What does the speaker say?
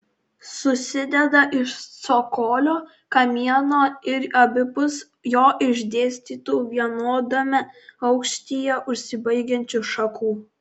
susideda iš cokolio kamieno ir abipus jo išdėstytų vienodame aukštyje užsibaigiančių šakų